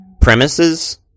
premises